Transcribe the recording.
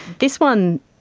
this one,